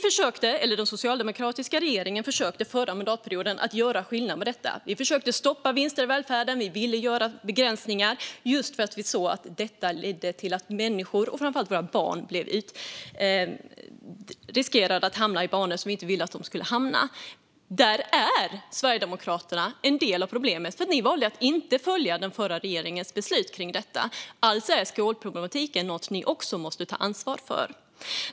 Den socialdemokratiska regeringen försökte förra mandatperioden att göra skillnad på detta. Vi försökte stoppa vinster i välfärden, och vi ville göra begränsningar just för att vi såg att detta ledde till att människor, framför allt våra barn, riskerade att hamna i banor som vi inte ville att de skulle hamna i. Där är Sverigedemokraterna en del av problemet, för ni valde att inte följa den förra regeringens beslut kring detta. Alltså är skolproblematiken något som ni också måste ta ansvar för.